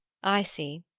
i see,